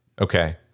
Okay